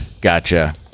Gotcha